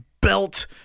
belt